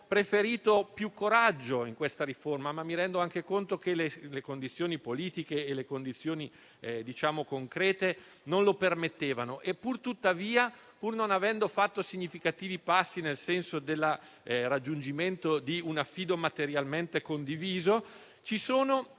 preferito più coraggio in questa riforma, ma mi rendo anche conto che le condizioni politiche e concrete non lo permettevano. Pur tuttavia, pur non avendo fatto significativi passi, nel senso del raggiungimento di un affido materialmente condiviso, ci sono